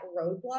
roadblock